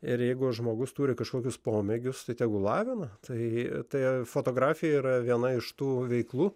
ir jeigu žmogus turi kažkokius pomėgius tai tegu lavina tai tai fotografija yra viena iš tų veiklų